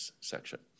section